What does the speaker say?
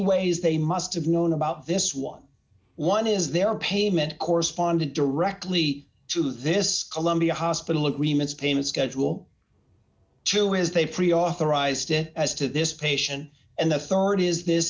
ways they must have known about this eleven dollars is their payment corresponded directly to this columbia hospital agreements payment schedule two is they pre authorized it as to this patient and the rd is this